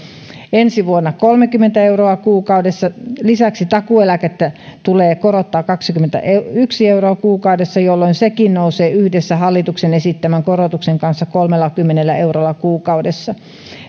ensi vuonna kolmekymmentä euroa kuukaudessa lisäksi takuueläkettä tulee korottaa kaksikymmentäyksi euroa kuukaudessa jolloin sekin nousee yhdessä hallituksen esittämän korotuksen kanssa kolmellakymmenellä eurolla kuukaudessa